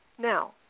Now